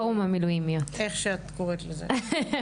טוב.